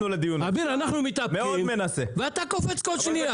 אנחנו מתאפקים ואתה קופץ כל שניה.